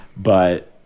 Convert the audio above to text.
but